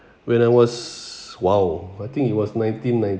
when I was !wow! I think it was nineteen nine